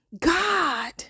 God